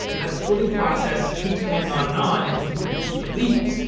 and that splitting process keeps going on and on until you reach the leaves.